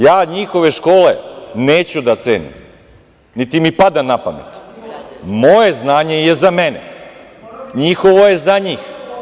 Ja njihove škole neću da cenim, niti mi pada na pamet, moje znanje je za mene, njihovo je za njih.